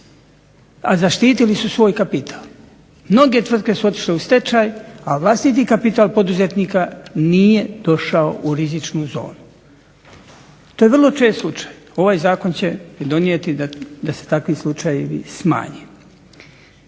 a zaštitili su svoj kapital. Mnoge tvrtke su otišle u stečaj, a vlastiti kapital poduzetnika nije došao u rizičnu zonu. To je vrlo čest slučaj. Ovaj zakon će pridonijeti da se takvi slučajevi smanje.